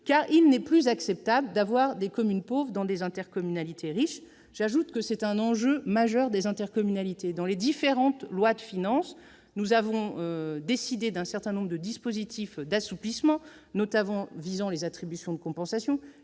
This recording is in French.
car il n'est plus acceptable d'avoir des communes pauvres dans des intercommunalités riches. À mon sens, il s'agit d'un enjeu majeur pour les intercommunalités. Dans les différentes lois de finances, nous avons mis en place un certain nombre de dispositifs d'assouplissement, visant notamment les attributions de compensation,